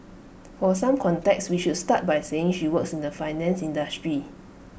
for some context we should start by saying she works in the finance industry